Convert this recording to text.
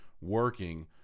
working